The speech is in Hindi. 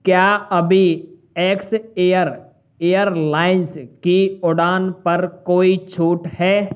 क्या अभी एक्स एयर एयरलाइंस की उड़ान पर कोई छूट है